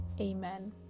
Amen